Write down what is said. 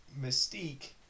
Mystique